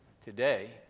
today